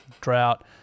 drought